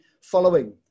following